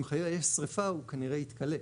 אם חלילה יש שריפה הוא כנראה יתכלה.